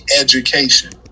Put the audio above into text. education